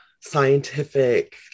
scientific